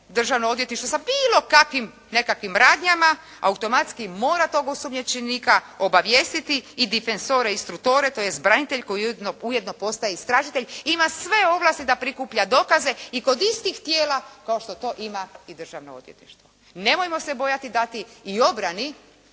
Državno odvjetništvo sa bilo kakvim nekakvim radnjama, automatski mora tog osumnjičenika obavijestiti i "difensore" i "strutore", tj. branitelj koji ujedno postaje istražitelj ima sve ovlasti da prikuplja dokaze i kod istih tijela kao što to ima i državno odvjetništvo. Nemojmo se bojati dati i obrani